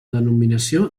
denominació